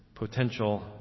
Potential